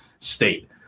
state